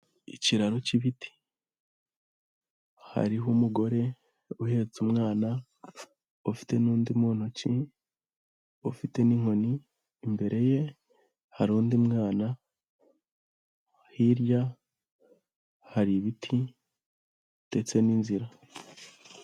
Ikiraro cy'ibiti hariho umugore uhetse umwana ufite n'undi muntu ntoki ufite n'inkoni, imbere ye hari undi mwana, hirya hari ibiti ndetse n'inzira.